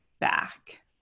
back